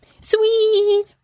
sweet